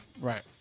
Right